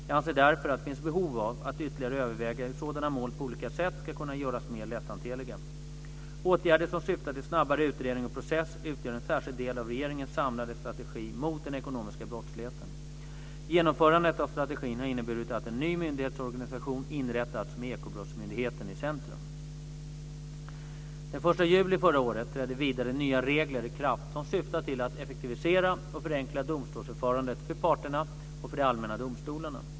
Jag anser därför att det finns behov av att ytterligare överväga hur sådana mål på olika sätt ska kunna göras mer lätthanterliga. Åtgärder som syftar till snabbare utredning och process utgör en särskild del av regeringens samlade strategi mot den ekonomiska brottsligheten. Genomförandet av strategin har inneburit att en ny myndighetsorganisation inrättats med Ekobrottsmyndigheten i centrum. Den 1 juli förra året trädde vidare nya regler i kraft som syftar till att effektivisera och förenkla domstolsförfarandet för parterna och för de allmänna domstolarna.